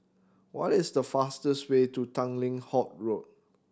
what is the fastest way to Tanglin Halt Road